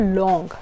long